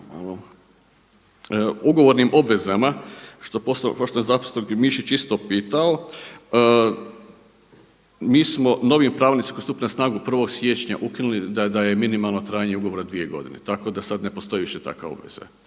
ugovornim obvezama što zastupnik Mišić isto pitao mi smo novim pravilnicima koji su stupili na snagu 1. siječnja ukinuli da je minimalno trajanje ugovora dvije godine, tako da sad više ne postoji takva obveza.